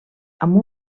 amb